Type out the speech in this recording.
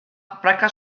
praka